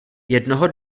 jednoho